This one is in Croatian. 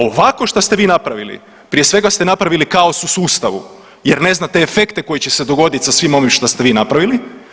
Ovako što ste vi napravili prije svega ste napravili kaos u sustavu jer ne znate efekte koji će se dogoditi sa svim ovim što ste vi napravili.